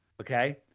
Okay